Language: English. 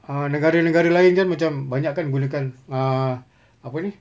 ah negara negara lain kan macam banyak kan guna kan ah apa ni